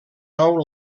nou